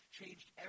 changed